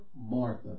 Martha